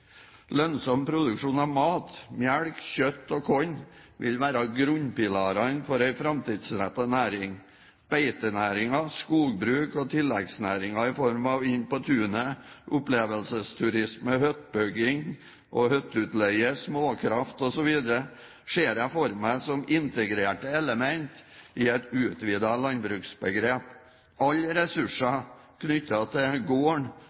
Lønnsom produksjon av mat – melk, kjøtt og korn – vil være grunnpilarene for en framtidsrettet næring. Beitenæringen, skogbruk og tilleggsnæringer i form av Inn på tunet, opplevelsesturisme, hyttebygging og hytteutleie, småkraft osv. ser jeg for meg som integrerte elementer i et utvidet landbruksbegrep. Alle ressurser knyttet til gården